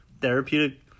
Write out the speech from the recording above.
Therapeutic